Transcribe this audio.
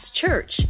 Church